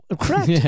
Correct